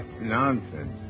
Nonsense